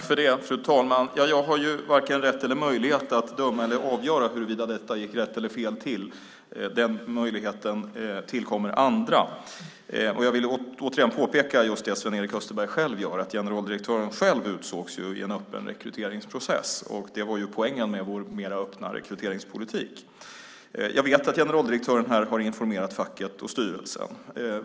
Fru talman! Jag har ju varken rätt eller möjlighet att döma eller avgöra huruvida det gick rätt eller fel till. Den möjligheten tillkommer andra. Jag vill återigen påpeka just det Sven-Erik Österberg själv tar upp, nämligen att generaldirektören utsågs i en öppen rekryteringsprocess. Det var poängen med vår mer öppna rekryteringspolitik. Jag vet att generaldirektören har informerat facket och styrelsen.